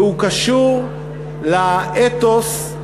והוא קשור לאתוס